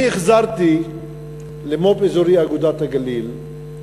אני החזרתי למו"פ אזורי אגודת הגליל,